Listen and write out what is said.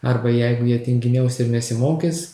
arba jeigu jie tinginiaus ir nesimokys